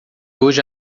hoje